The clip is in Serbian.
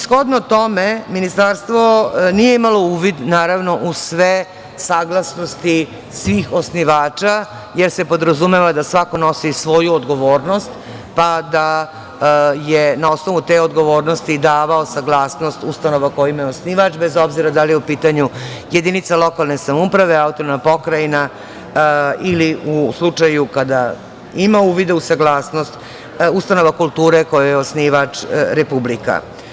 Shodno tome, ministarstvo nije imalo uvid u sve saglasnosti svih osnivača, jer se podrazumeva da svako nosi svoju odgovornost, pa da je na osnovu te odgovornosti davao saglasnost ustanova kojima je osnivač, bez obzira da li je u pitanju jedinica lokalne samouprave, autonomna pokrajina ili, u slučaju kada ima uvide u saglasnost, ustanova kulture kojoj je osnivač Republika.